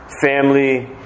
family